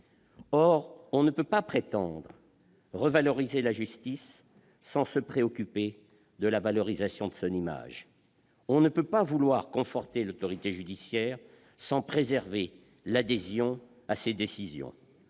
Or on ne peut pas prétendre revaloriser la justice sans se préoccuper de la valorisation de son image. On ne peut pas vouloir conforter l'autorité judiciaire sans préserver l'adhésion à ses décisions.